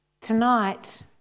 Tonight